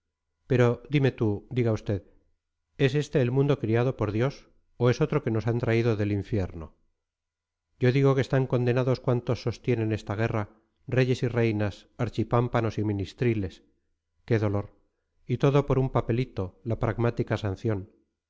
pero dime tú diga usted es este el mundo criado por dios o es otro que nos han traído del infierno yo digo que están condenados cuantos sostienen esta guerra reyes y reinas archipámpanos y ministriles qué dolor y todo por un papelito la pragmática sanción